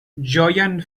ĝojan